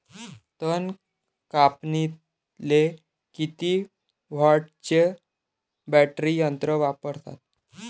तन कापनीले किती व्होल्टचं बॅटरी यंत्र वापरतात?